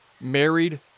married